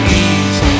ease